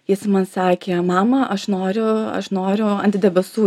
jis man sakė mama aš noriu aš noriu ant debesų